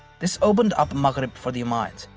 this opened up maghreb for the umayyads.